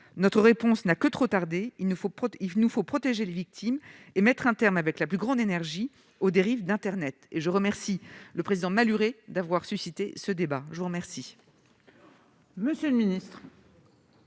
Notre réponse n'a que trop tardé ; il nous faut protéger les victimes et mettre un terme avec la plus grande énergie aux dérives d'internet. Je remercie le président Malhuret d'avoir suscité ce débat.